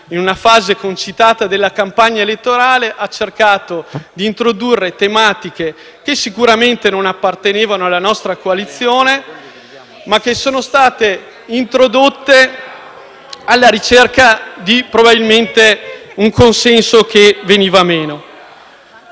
in una fase concitata della campagna elettorale, ha cercato di introdurre tematiche che sicuramente non appartenevano alla nostra coalizione, ma sono state probabilmente introdotte alla ricerca di un consenso che veniva meno.